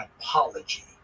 apology